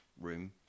room